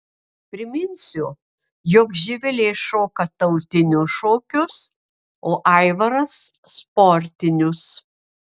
priminsiu jog živilė šoka tautinius šokius o aivaras sportinius